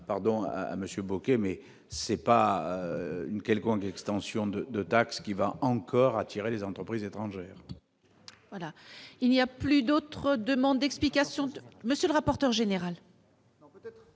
à Monsieur Bocquet, mais c'est pas une quelconque extension de de taxes qui va encore attirer les entreprises étrangères. Voilà, il n'y a plus d'autres demandes d'explications, monsieur le rapporteur général.